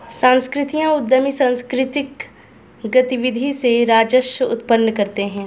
सांस्कृतिक उद्यमी सांकृतिक गतिविधि से राजस्व उत्पन्न करते हैं